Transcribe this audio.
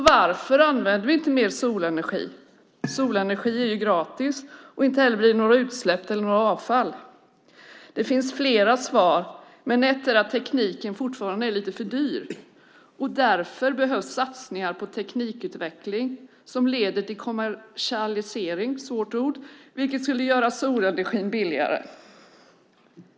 Varför använder vi då inte mer solenergi? Den är ju gratis, och inte blir det några utsläpp eller avfall. Det finns flera svar, men ett är att tekniken fortfarande är lite för dyr. Därför behövs satsningar på teknikutveckling som leder till kommersialisering, vilket skulle göra solenergi billigare.